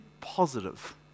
positive